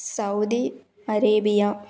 Saudi Arabia